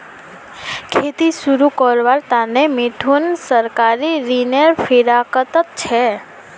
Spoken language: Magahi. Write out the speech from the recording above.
खेती शुरू करवार त न मिथुन सहकारी ऋनेर फिराकत छ